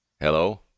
Hello